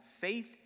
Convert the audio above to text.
faith